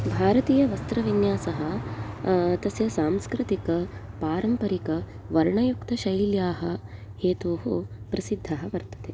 भारतीयवस्त्रविन्यासः तस्य सांस्कृतिकपारम्पारिकायाः वर्णयुक्तशैल्याः हेतोः प्रसिद्धः वर्तते